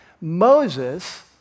Moses